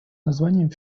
названием